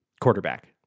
quarterback